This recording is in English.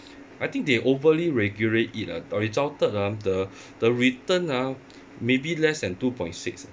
I think they overly regulate it ah resulted ah the the return ah maybe less than two point six